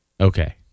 Okay